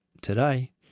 today